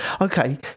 Okay